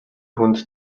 хүнд